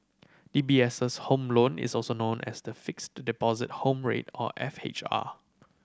D B S' Home Loan is known as the Fixed Deposit Home Rate or F H R